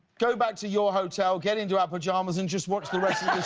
go back to your hotel, get into our pajamas and just watch the rest of the